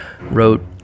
wrote